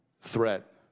threat